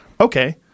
okay